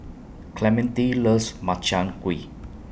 Clementine loves Makchang Gui